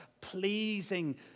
pleasing